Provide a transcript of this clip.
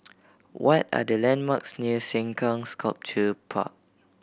what are the landmarks near Sengkang Sculpture Park